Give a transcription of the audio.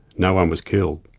no one was killed.